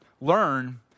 learn